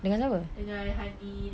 dengan hadi